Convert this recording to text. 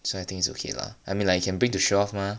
so I think it's okay lah I mean like you can bring to show off mah